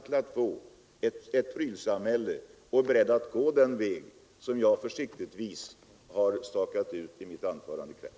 på inriktningen mot ett prylsamhälle och är beredda att gå den väg som jag försiktigt har stakat ut i mitt anförande i kväll.